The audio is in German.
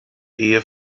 ehe